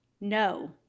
no